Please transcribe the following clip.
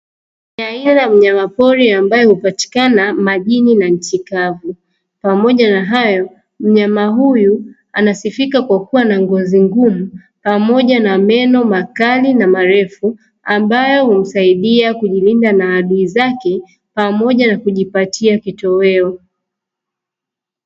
Aina ya mnyamapori ambaye hupatikana majini na nchi kavu, pamoja na hayo mnyama huyu anasifika kwa kuwa na ngozi ngumu, pamoja na meno makali na marefu ambayo humsaidia kujilinda na maadui zake pamoja na kujipatia kitoweo.